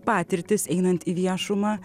patirtis einant į viešumą